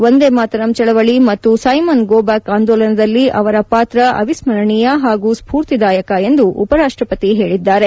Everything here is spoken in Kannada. ವಂದೇಮಾತರಂ ಚಳವಳಿ ಮತ್ತು ಸೈಮನ್ ಗೋ ಬ್ಯಾಕ್ ಆಂದೋಲನದಲ್ಲಿ ಅವರ ಪಾತ್ರ ಅವಿಸ್ಮರಣೀಯ ಹಾಗೂ ಸ್ಪೂರ್ತಿದಾಯಕ ಎಂದು ಉಪರಾಷ್ಟಪತಿ ಹೇಳಿದ್ದಾರೆ